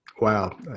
wow